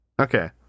Okay